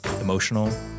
emotional